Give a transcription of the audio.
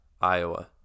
Iowa